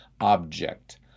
object